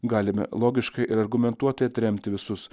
galime logiškai ir argumentuotai atremti visus